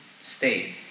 state